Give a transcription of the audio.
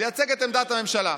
לייצג את עמדת הממשלה.